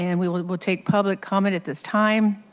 and we will will take public comment at this time.